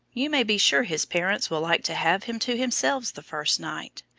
you may be sure his parents will like to have him to themselves the first night.